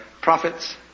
prophets